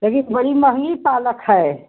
लेकिन बड़ी महंगी पालक है